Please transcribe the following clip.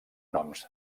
noms